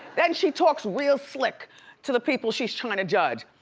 then she talks real slick to the people she's trying to judge.